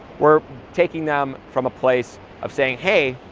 we're taking them from a place of saying, hey,